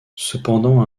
cependant